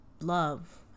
love